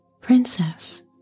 Princess